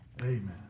Amen